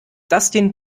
dustin